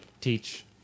teach